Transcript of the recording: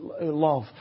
love